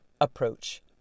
approach